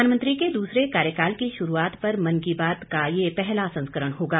प्रधानमंत्री के दूसरे कार्यकाल की शुरूआत पर मन की बात का यह पहला संस्करण होगा